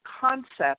concept